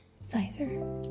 Sizer